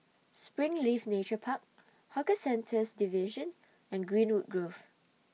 Springleaf Nature Park Hawker Centres Division and Greenwood Grove